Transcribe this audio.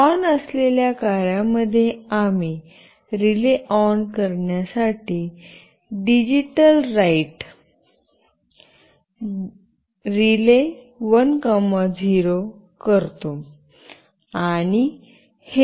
on असलेल्या कार्यामध्ये आम्ही रिले ऑन करण्यासाठी डिजिटल राईट RELAY10 करतो